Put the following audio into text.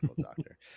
doctor